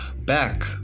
back